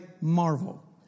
marvel